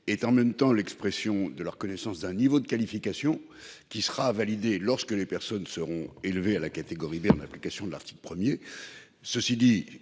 est en même temps l'expression de la reconnaissance d'un niveau de qualification qui sera validé lorsque les personnes seront élevé à la catégorie B, en application de l'article 1er, ceci dit